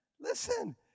Listen